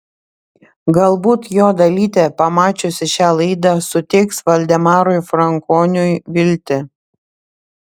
galbūt jo dalytė pamačiusi šią laidą suteiks valdemarui frankoniui viltį